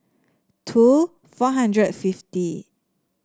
two four hundred and fifty